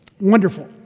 Wonderful